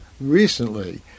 recently